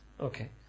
Okay